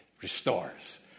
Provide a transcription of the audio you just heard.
restores